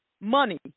Money